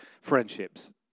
friendships